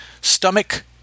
stomach